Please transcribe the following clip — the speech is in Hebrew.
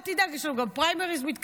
אל תדאג, יש לנו גם פריימריז שמתקרב.